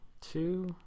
two